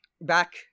back